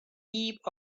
heap